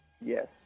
Yes